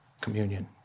communion